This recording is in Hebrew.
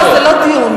זה לא דיון.